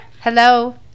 hello